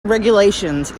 regulations